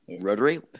rotary